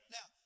Now